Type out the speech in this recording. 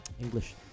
English